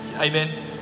Amen